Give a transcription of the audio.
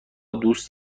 دوست